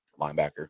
linebacker